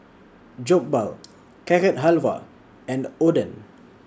Jokbal Carrot Halwa and Oden